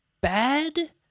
bad